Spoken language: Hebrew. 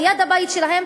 ליד הבית שלה,